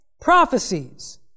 prophecies